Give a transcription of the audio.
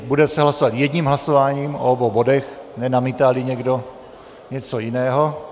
Bude se hlasovat jedním hlasováním o obou bodech, nenamítáli někdo něco jiného.